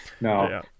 no